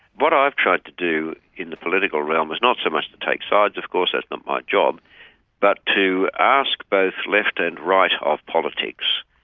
what i've tried to do in the political realm is not so much to take sides of course that's not my job but to ask both left and right of politics,